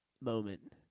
moment